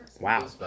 Wow